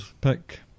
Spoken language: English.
pick